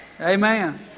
amen